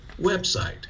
website